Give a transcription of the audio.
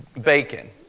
Bacon